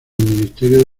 ministerio